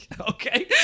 Okay